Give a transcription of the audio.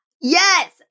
Yes